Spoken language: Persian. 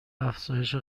افزایش